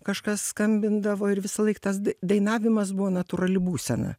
kažkas skambindavo ir visąlaik tas dai dainavimas buvo natūrali būsena